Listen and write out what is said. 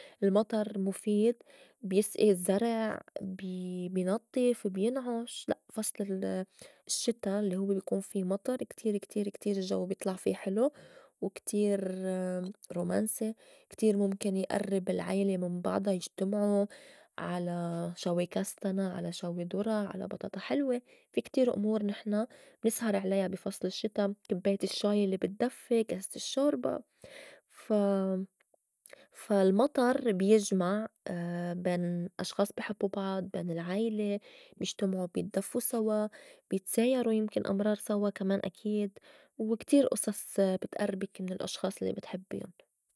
المطر مُفيد بيسئي الزّرع، بي- بي نضّف، بينعُش لأ فصل الشّتا الّي هوّ بيكون في مطر كتير- كتير- كتير الجّو بيطلع في حلو وكتير رومانسي كتير مُمكن يئرّب العيلة من بعضا يجتمعو على شوي كاستنا، على شوي دُرة، على بطاطة حلوة، في كتير أمور نحن نسهر عليها بي فصل الشّتا، كبّاية الشّاي الّي بتدفّي، كاسة الشّوربا، فا- فالمطر بيجمع بين أشخاص بي حبّو بعض، بين العيلة بيجتمعو، بيدفّو سوا، بيتسايرو يمكن أمرار سوا كمان أكيد وكتير أصص بتئربِك من الأشخاص الّي بتحبّيُن.